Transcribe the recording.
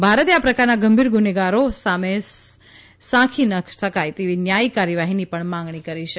ભારતે આ પ્રકારના ગંભીર ગુનેગારો સામે સખ્ય ન્યાયી કાર્યવાહીની પણ માગણી કરી છે